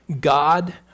God